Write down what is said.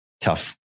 Tough